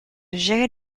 gérer